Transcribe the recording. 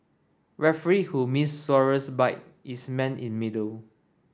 referee who missed Suarez bite is man in middle